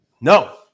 No